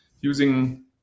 using